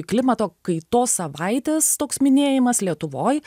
klimato kaitos savaitės toks minėjimas lietuvoj